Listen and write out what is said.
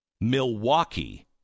Milwaukee